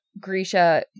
Grisha